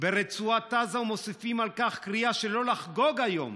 ברצועת עזה, ומוסיפים על כך קריאה שלא לחגוג היום,